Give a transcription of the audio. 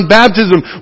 baptism